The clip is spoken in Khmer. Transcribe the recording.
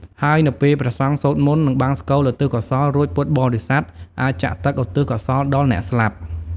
ហើយនៅពេលព្រះសង្ឃសូត្រមន្ត និងបង្សុកូលឧទ្ទិសកុសល រួចពុទ្ធបរិស័ទអាចចាក់ទឹកឧទ្ទិសកុសលដល់អ្នកស្លាប់។